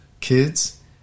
kids